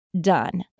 done